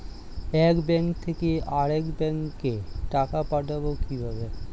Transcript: এক ব্যাংক থেকে আরেক ব্যাংকে টাকা পাঠাবো কিভাবে?